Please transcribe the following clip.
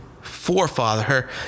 forefather